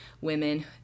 women